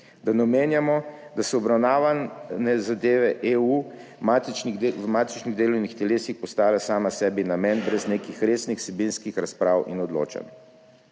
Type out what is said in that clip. Da ne omenjamo, da so obravnavane zadeve EU na matičnih delovnih telesih postale same sebi namen brez nekih resnih vsebinskih razprav in odločanj.